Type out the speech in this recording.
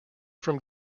from